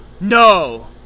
no